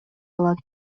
алат